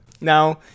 Now